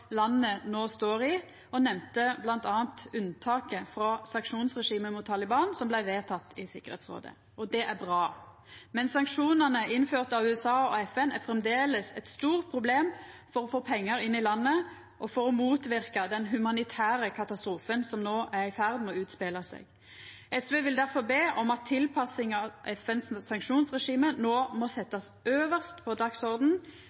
landet no står i, og nemnde bl.a. unntaket frå sanksjonsregimet mot Taliban som blei vedteke i Tryggingsrådet. Det er bra. Men sanksjonane innførte av USA og FN er framleis eit stort problem for å få pengar inn i landet, og for å motverka den humanitære katastrofen som no er i ferd med å utspela seg. SV vil difor be om at tilpassing av FNs sanksjonsregime no må setjast øvst på